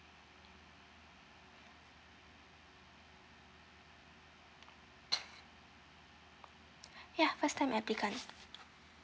ya first time applicant